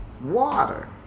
water